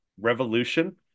Revolution